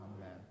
Amen